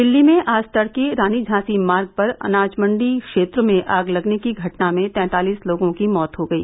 दिल्ली में आज तड़के रानी झांसी मार्ग पर अनाज मंडी क्षेत्र में आग लगने की घटना में तैंतालिस लोगों की मौत हो गई